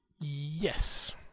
Yes